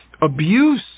abuse